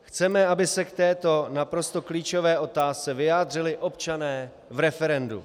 Chceme, aby se k této naprosto klíčové otázce vyjádřili občané v referendu.